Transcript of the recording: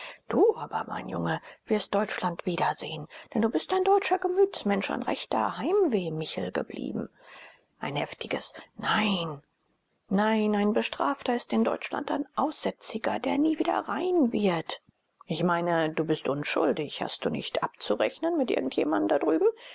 du aber mein junge wirst deutschland wiedersehen denn du bist ein deutscher gemütsmensch ein rechter heimwehmichel geblieben ein heftiges nein nein ein bestrafter ist in deutschland ein aussätziger der nie wieder rein wird ich meine du bist unschuldig hast du nicht abzurechnen mit irgend jemand da drüben